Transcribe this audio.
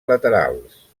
laterals